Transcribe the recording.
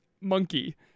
Monkey